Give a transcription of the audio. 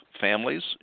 families